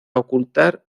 ocultar